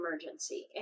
emergency